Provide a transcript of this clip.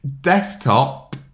desktop